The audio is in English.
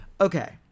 Okay